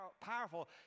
powerful